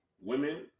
women